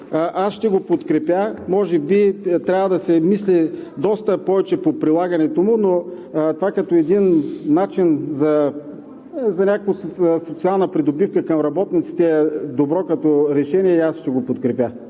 Аз ще го подкрепя, може би трябва да се мисли доста повече по прилагането му, но това като начин за някаква социална придобивка към работниците е добро като решение и аз ще го подкрепя.